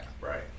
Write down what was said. Right